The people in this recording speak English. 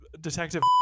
Detective